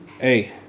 Hey